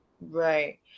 Right